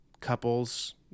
Couples